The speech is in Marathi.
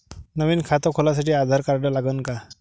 नवीन खात खोलासाठी आधार कार्ड लागन का?